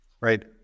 Right